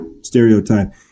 stereotype